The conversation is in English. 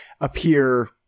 appear